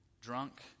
Drunk